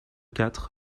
quatre